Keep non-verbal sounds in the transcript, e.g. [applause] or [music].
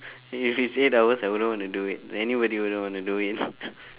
if it's eight hours I wouldn't want to do it anybody wouldn't want to do it [laughs]